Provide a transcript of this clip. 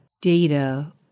data